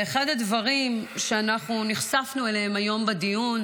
ואחד הדברים שנחשפנו אליהם היום בדיון